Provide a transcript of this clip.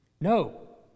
No